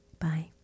Bye